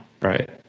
right